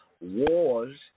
Wars